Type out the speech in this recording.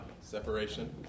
Separation